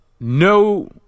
no